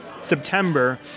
September